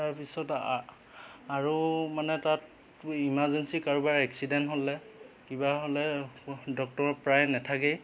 তাৰপিছত আ আৰু মানে তাত ইমাৰ্জেঞ্চি কাৰোবাৰ এক্সিডেণ্ট হ'লে কিবা হ'লে ডক্টৰৰ প্ৰায় নাথাকেই